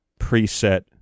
preset